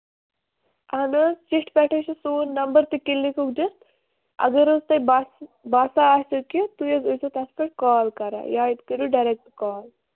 اَہَن حظ چِٹھِ پٮ۪ٹھ ہَے چھُ سون نَمبر تہٕ کِلِنِکُک دِتھ اَگرے تۄہہِ باسہِ باسان آسہِ تُہۍ حظ ٲسِو تَتھ پٮ۪ٹھ کال کران یا تہِ کٔرِو ڈایریٚکٹ کال